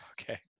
Okay